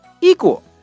equal